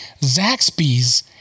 Zaxby's